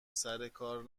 سرکار